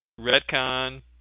Redcon